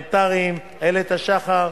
הפרלמנטריים, איילת השחר,